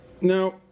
Now